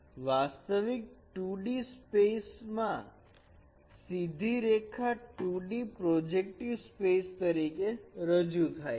વાસ્તવિક 2D space માં સીધી રેખા 2D પ્રોજેક્ટિવ સ્પેસ તરીકે રજૂ થાય છે